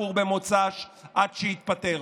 בבלפור במוצ"ש, עד שיתפטר.